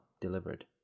delivered